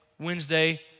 Wednesday